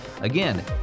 Again